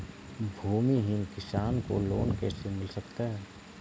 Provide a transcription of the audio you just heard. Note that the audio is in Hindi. भूमिहीन किसान को लोन कैसे मिल सकता है?